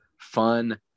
fun